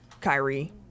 Kyrie